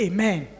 Amen